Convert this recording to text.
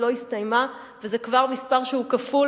השנה עוד לא נסתיימה וזה כבר מספר שהוא כפול